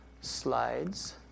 slides